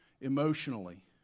emotionally